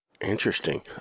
Interesting